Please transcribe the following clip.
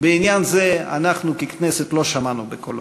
בעניין זה אנחנו, ככנסת, לא שמענו בקולו.